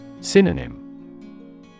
Synonym